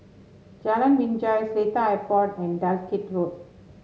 Jalan Binjai Seletar Airport and Dalkeith Road